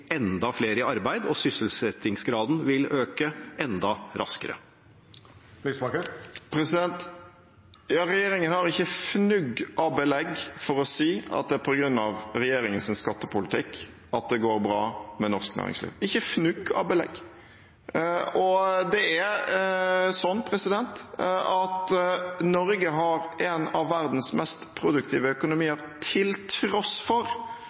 enda flere i arbeid og sysselsettingsgraden vil øke enda raskere? Ja, regjeringen har ikke fnugg av belegg for å si at det er på grunn av regjeringens skattepolitikk at det går bra med norsk næringsliv – ikke fnugg av belegg. Og det er sånn at Norge har en av verdens mest produktive økonomier til tross for